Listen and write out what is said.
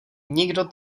nikdo